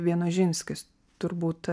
vienožinskis turbūt